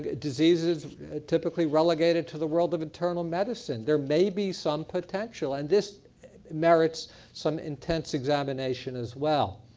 diseases typically relegated to the world of internal medicine. there may be some potential and this merits some intense examination as well.